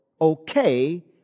okay